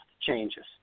changes